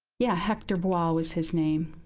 yeah, hector but was his name.